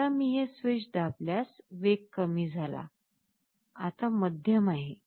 एकदा मी हे स्विच दाबल्यास वेग कमी झाला आता मध्यम आहे